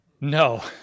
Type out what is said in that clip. No